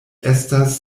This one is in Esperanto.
estas